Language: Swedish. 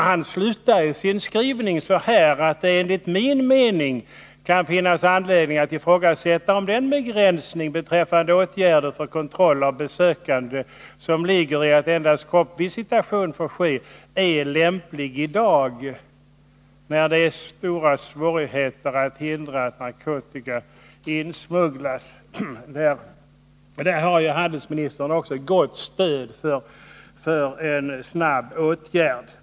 Han slutar nämligen sin skrivning med att uttala, att det enligt hans mening kan finnas anledning att ifrågasätta om den begränsning beträffande åtgärder för kontroll av besökande som ligger i att endast kroppsvisitation får ske är lämplig i dag, när det är stora svårigheter att hindra att narkotika insmugglas. Genom detta uttalande har handelsministern också fått stöd för en snabb åtgärd.